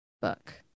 book